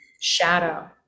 shadow